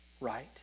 right